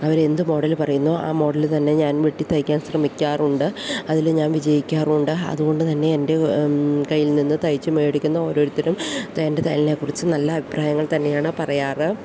അവരെ എന്തു മോഡല് പറയുന്നുവോ ആ മോഡല് തന്നെ ഞാൻ വെട്ടി തയ്ക്കാൻ ശ്രമിക്കാറുണ്ട് അതിൽ ഞാൻ വിജയിക്കാറും ഉണ്ട് അതുകൊണ്ട് തന്നെ എൻ്റെ കയ്യിൽ നിന്ന് തയ്ച്ചു മേടിക്കുന്ന ഓരോരുത്തരും എൻ്റെ തയ്യലിനെക്കുറിച്ച് നല്ല അഭിപ്രായങ്ങൾ തന്നെയാണ് പറയാറ്